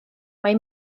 mae